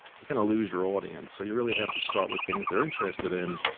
you're gonna lose your audience, so you really have to start with things they're interested in,